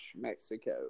Mexico